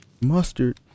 Mustard